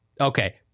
Okay